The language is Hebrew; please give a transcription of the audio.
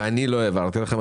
ואני לא העברתי לכם.